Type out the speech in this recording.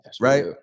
Right